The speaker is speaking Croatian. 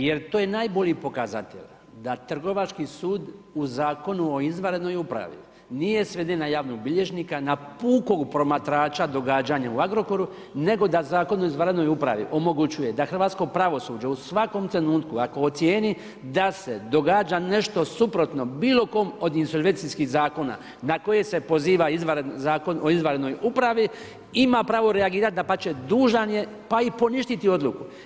Jer to je najbolji pokazatelj da Trgovački sud u Zakonu o izvanrednoj upravi nije sveden na javnog bilježnika, na pukog promatrača događanja u Agrokoru, nego da Zakon o izvanrednoj upravi omogućuje da hrvatsko pravosuđe u svakom trenutku ako ocijeni da se događa nešto suprotno bilo kom od ... zakona na koje se poziva Zakon o izvanrednoj upravi ima pravo reagirati, dapače dužan je pa i poništiti odluku.